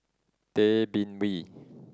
Tay Bin Wee